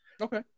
Okay